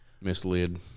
misled